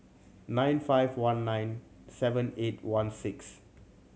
nine five one nine seven eight one six